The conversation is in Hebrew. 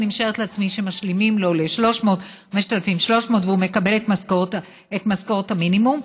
אני משערת לעצמי שמשלימים לו ל-5,300 והוא מקבל את משכורת המינימום.